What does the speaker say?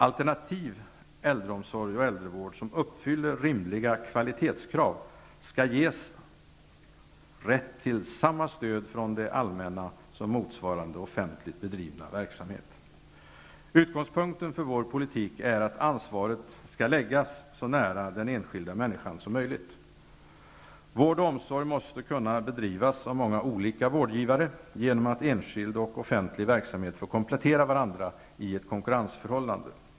Alternativ äldreomsorg och äldrevård som uppfyller rimliga kvalitetskrav skall ges rätt till samma stöd från det allmänna som motsvarande offentligt bedrivna verksamhet. Utgångspunkten för vår politik är att ansvaret skall läggas så nära den enskilda människan som möjligt. Vård och omsorg måste kunna bedrivas av många olika vårdgivare genom att enskild och offentlig verksamhet får komplettera varandra i ett konkurrensförhållande.